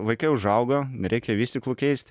vaikai užaugo reikia nevystyklų keist